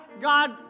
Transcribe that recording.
God